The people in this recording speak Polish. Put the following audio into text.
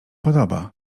podoba